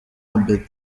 abedi